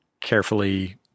carefully